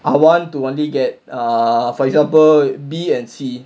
I want to only get err for example B and C